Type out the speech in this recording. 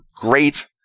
great